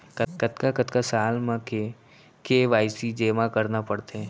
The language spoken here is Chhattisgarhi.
कतका कतका साल म के के.वाई.सी जेमा करना पड़थे?